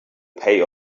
pay